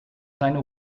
seine